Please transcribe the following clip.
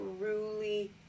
truly